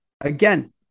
again